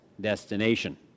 destination